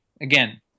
Again